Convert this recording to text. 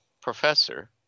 professor